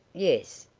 yes.